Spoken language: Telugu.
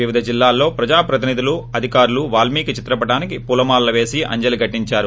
వివిధ జిల్లాల్లో ప్రజాప్రతినిధులు అధ్దకారులు వాల్మికి చిత్రపటానికి పూలమాలలు పేసి అంజలి ఘటించారు